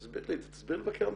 תסביר לי, תסביר למבקר המדינה.